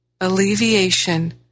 alleviation